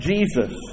Jesus